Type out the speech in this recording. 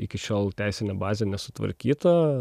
iki šiol teisinė bazė nesutvarkyta